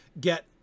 get